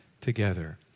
together